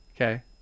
okay